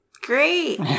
Great